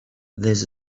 this